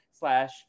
slash